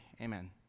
amen